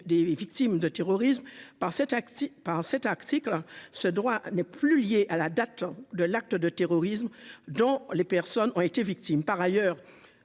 des victimes de terrorisme par cet par cet article, ce droit n'est plus lié à la date de l'acte de terrorisme dont les personnes ont été victimes, par ailleurs,